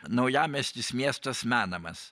naujamiestis miestas menamas